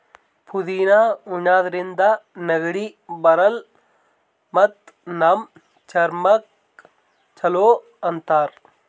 ಪುದಿನಾ ಉಣಾದ್ರಿನ್ದ ನೆಗಡಿ ಬರಲ್ಲ್ ಮತ್ತ್ ನಮ್ ಚರ್ಮಕ್ಕ್ ಛಲೋ ಅಂತಾರ್